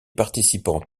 participantes